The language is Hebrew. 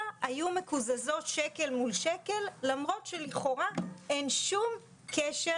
היו מקוזזות שקל מול שקל למרות שלכאורה אין שום קשר